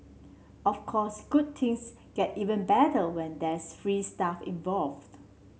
of course good things get even better when there's free stuff involved